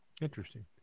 Interesting